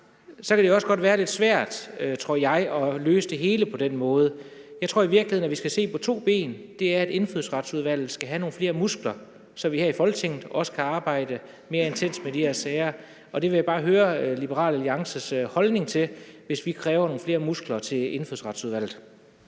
kan det også godt være lidt svært, tror jeg, at løse det hele på den måde. Jeg tror i virkeligheden, at vi skal stå på to ben og sige, at Indfødsretsudvalget skal have nogle flere muskler, så vi her i Folketinget også kan arbejde mere intenst med de her sager. Det vil jeg bare høre Liberal Alliances holdning til, altså i forhold til at vi kræver nogle flere muskler til Indfødsretsudvalget.